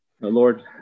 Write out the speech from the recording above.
Lord